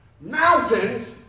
mountains